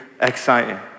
exciting